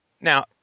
Now